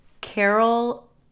Carol